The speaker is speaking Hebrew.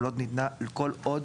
כל עוד